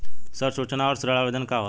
ऋण सूचना और ऋण आवेदन का होला?